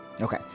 Okay